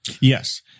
Yes